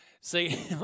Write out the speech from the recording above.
See